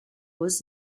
was